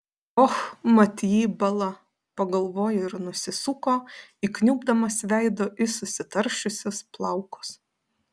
och mat jį bala pagalvojo ir nusisuko įkniubdamas veidu į susitaršiusius plaukus